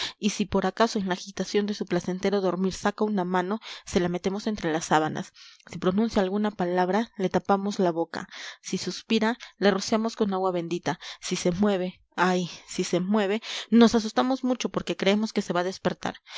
y si por acaso en la agitación de su placentero dormir saca una mano se la metemos entre las sábanas si pronuncia alguna palabra le tapamos la boca si suspira le rociamos con agua bendita si se mueve ay si se mueve nos asustamos mucho porque creemos que se va a despertar